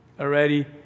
already